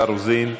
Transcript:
מיכל רוזין,